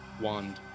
wand